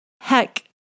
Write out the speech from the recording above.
heck